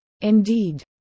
Indeed